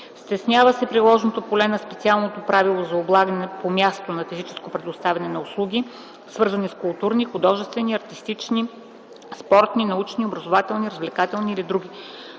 Стеснява се приложното поле на специалното правило за облагане по мястото на фактическото предоставяне на услуги, свързани с културни, художествени, артистични, спортни, научни, образователни, развлекателни или подобни